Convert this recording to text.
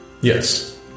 Yes